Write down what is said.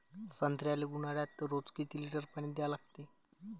संत्र्याले ऊन्हाळ्यात रोज किती लीटर पानी द्या लागते?